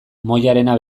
mojarena